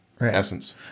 essence